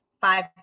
five